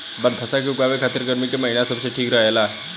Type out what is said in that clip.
बनफशा के उगावे खातिर गर्मी के महिना सबसे ठीक रहेला